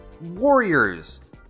Warriors